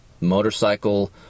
motorcycle